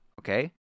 Okay